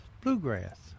bluegrass